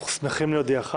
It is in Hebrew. אנחנו שמחים להודיעך